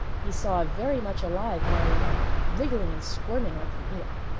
he saw a very much alive marionette, wriggling and squirming like an eel.